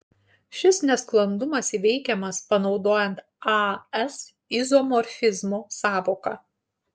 šis nesklandumas įveikiamas panaudojant as izomorfizmo sąvoką